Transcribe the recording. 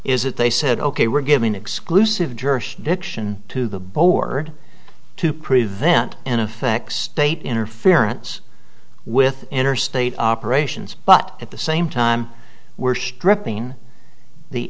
that they said ok we're giving exclusive jurisdiction to the board to prevent in effect state interference with interstate operations but at the same time we're stripping the